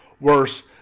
worse